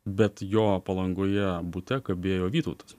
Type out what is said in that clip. bet jo palangoje bute kabėjo vytautas